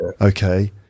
Okay